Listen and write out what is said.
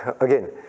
again